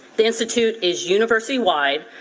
the institute is university-wide,